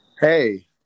hey